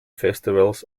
festivals